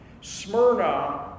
Smyrna